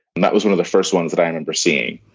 and that was one of the first ones that remember seeing.